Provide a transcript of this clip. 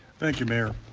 thank you, mayor.